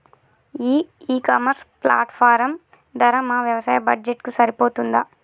ఈ e commerce platform ధర మా వ్యవసాయ బడ్జెట్ కు సరిపోతుందా?